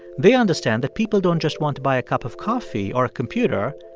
they understand that people don't just want to buy a cup of coffee or a computer,